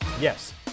Yes